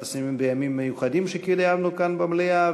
הסימנים בימים מיוחדים שקיימנו כאן במליאה,